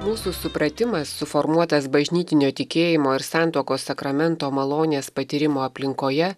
mūsų supratimas suformuotas bažnytinio tikėjimo ir santuokos sakramento malonės patyrimo aplinkoje